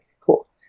Cool